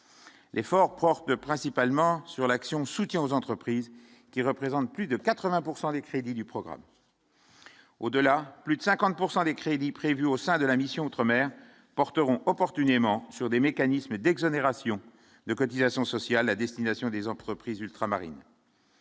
L'effort porte principalement sur l'action de soutien aux entreprises qui représentent plus de 80 pourcent des crédits du programme. Au-delà, plus de 50 pourcent des crédits prévus au sein de la mission outre-mer porteront opportunément sur des mécanismes d'exonération de cotisations sociales à destination des entreprises ultramarines.